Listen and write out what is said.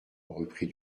reprit